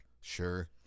sure